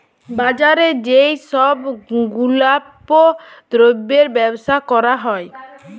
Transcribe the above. বাজারে যেই সব গুলাপল্য দ্রব্যের বেবসা ক্যরা হ্যয়